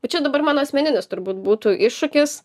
bet čia dabar mano asmeninis turbūt būtų iššūkis